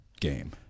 game